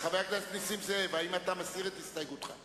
חבר הכנסת נסים זאב מסיר את הסתייגותו.